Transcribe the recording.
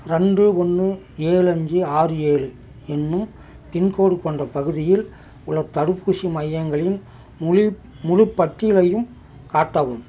ரெண்டு ஒன்னு ஏழு அஞ்சு ஆறு ஏழு எனும் பின்கோடு கொண்ட பகுதியில் உள்ள தடுப்பூசி மையங்களின் முழு முழுப் பட்டியலையும் காட்டவும்